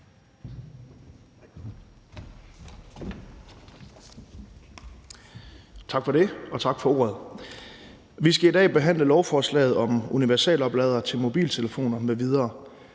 Tak for det, og tak for ordet. Vi skal i dag behandle lovforslaget om universalopladere til mobiltelefoner m.v.